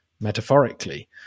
metaphorically